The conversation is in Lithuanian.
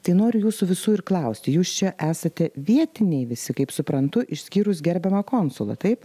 tai noriu jūsų visų ir klausti jūs čia esate vietiniai visi kaip suprantu išskyrus gerbiamą konsulą taip